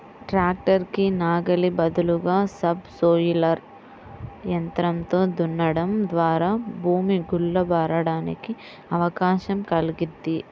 tractor కి నాగలి బదులుగా సబ్ సోయిలర్ యంత్రంతో దున్నడం ద్వారా భూమి గుల్ల బారడానికి అవకాశం కల్గిద్ది